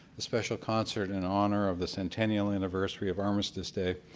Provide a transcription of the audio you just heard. a special concert in honor of the centennial anniversary of armistice day,